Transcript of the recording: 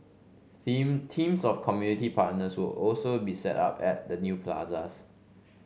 seem teams of community partners will also be set up at the new plazas